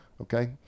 okay